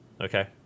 Okay